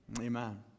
Amen